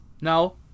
No